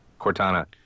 Cortana